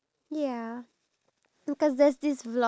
we can as well